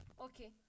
okay